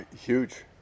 Huge